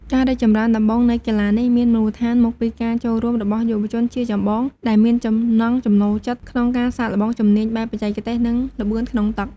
ការរីកចម្រើនដំបូងនៃកីឡានេះមានមូលដ្ឋានមកពីការចូលរួមរបស់យុវជនជាចម្បង ដែលមានចំណង់ចំណូលចិត្តក្នុងការសាកល្បងជំនាញបែបបច្ចេកទេស និងល្បឿនក្នុងទឹក។